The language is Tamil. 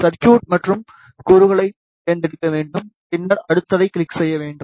சர்குட் மற்றும் கூறுகளைத் தேர்ந்தெடுக்க வேண்டும்பின்னர் அடுத்ததைக் கிளிக் செய்ய வேண்டும்